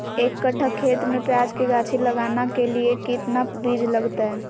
एक कट्ठा खेत में प्याज के गाछी लगाना के लिए कितना बिज लगतय?